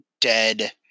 dead